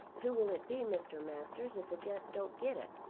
who will it be, mr. masters, if the gent don't get it?